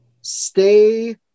stay